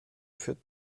führt